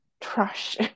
trash